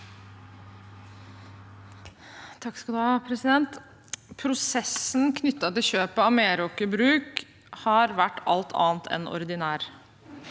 Prosessen knyttet til kjøpet av Meraker Brug har vært alt annet enn ordinær.